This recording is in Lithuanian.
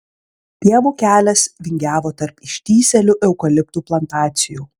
pievų kelias vingiavo tarp ištįsėlių eukaliptų plantacijų